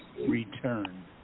return